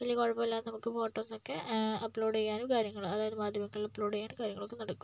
വലിയ കുഴപ്പമില്ലാതെ നമുക്ക് ഫോട്ടോസൊക്കെ അപ്ലോഡ് ചെയ്യാനും കാര്യങ്ങളും അതായത് മാധ്യമങ്ങളിൽ അപ്ലോഡ് ചെയ്യാനും കാര്യങ്ങളും ഒക്കെ നടക്കും